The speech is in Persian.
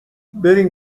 برین